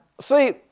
see